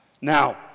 Now